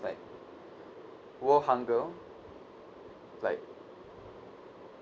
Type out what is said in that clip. like world hunger like